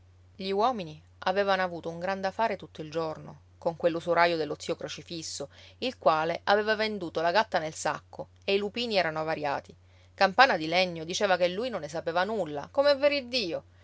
gli uomini avevano avuto un gran da fare tutto il giorno con quell'usuraio dello zio crocifisso il quale aveva venduto la gatta nel sacco e i lupini erano avariati campana di legno diceva che lui non ne sapeva nulla come è vero iddio